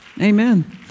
Amen